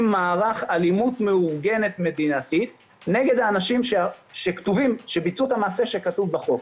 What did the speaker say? מערך אלימות מאורגנת מדינתית נגד אנשים שביצעו את המעשה שביצעו בחוק.